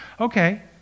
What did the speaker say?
Okay